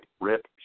rip